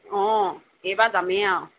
অঁ এইবাৰ যামেই আৰু